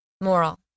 Moral